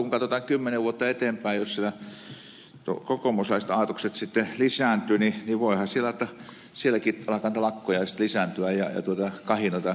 kun katsotaan kymmenen vuotta eteenpäin jos siellä kokoomuslaiset aatokset sitten lisääntyvät niin voihan olla että sielläkin alkavat ne lakot lisääntyä ja kahinat vastakkainasettelut alkavat lisääntyä